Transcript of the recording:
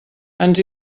ens